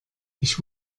ich